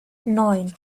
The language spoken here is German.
neun